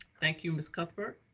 thank you, ms. cuthbert.